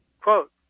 quote